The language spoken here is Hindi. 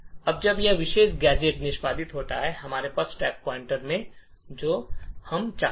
अब जब यह विशेष गैजेट निष्पादित होता है तो हमारे पास स्टैक पॉइंटर है जो हम चाहते हैं